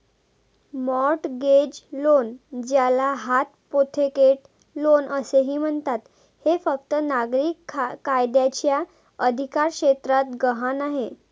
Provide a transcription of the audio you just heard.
mortgage loan, ज्याला hypothecate loan असेही म्हणतात, हे फक्त नागरी कायद्याच्या अधिकारक्षेत्रात गहाण आहे